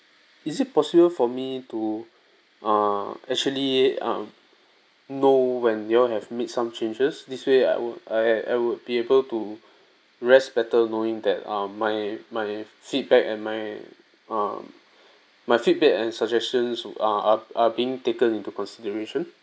is it possible for me to err actually um know when you all have made some changes this way I would I I would be able to rest better knowing that um my my feedback and my um my feedback and suggestions are are being taken into consideration